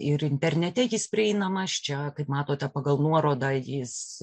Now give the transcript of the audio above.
ir internete jis prieinamas čia kaip matote pagal nuorodą jis